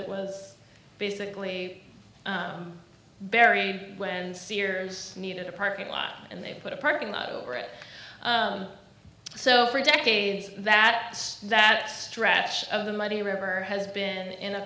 it was basically berry when sears needed a parking lot and they put a parking lot over it so for decades that that stretch of the mighty river has been in a